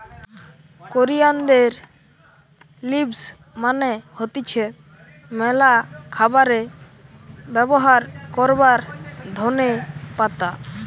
কোরিয়ানদের লিভস মানে হতিছে ম্যালা খাবারে ব্যবহার করবার ধোনে পাতা